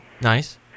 Nice